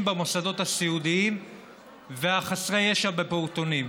במוסדות הסיעודיים וחסרי הישע בפעוטונים.